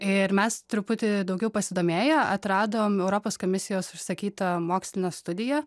ir mes truputį daugiau pasidomėję atradom europos komisijos užsakytą mokslinę studiją